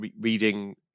reading